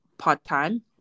part-time